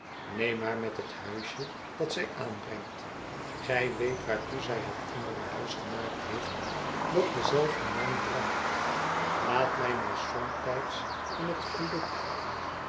neem haar met het huisje dat zij aanbrengt gij weet waartoe zij het andere huis gemaakt heeft dat denzelfden naam draagt laat mij maar somtijds in het geluk